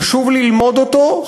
חשוב ללמוד אותו,